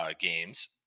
games